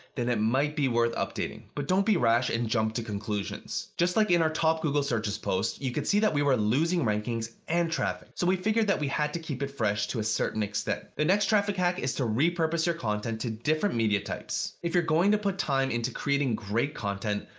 then it might be worth updating. but don't be rash and jump to conclusions. just like in our top google searches post, you could see that we were losing rankings and traffic. so we figured that we had to keep it fresh to a certain extent. the next traffic hack is to repurpose your content to different media types. if you're going to put time into creating great content,